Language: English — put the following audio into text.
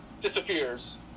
disappears